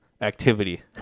activity